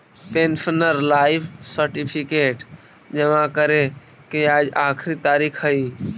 pensioner life certificate जमा करे के आज आखिरी तारीख हइ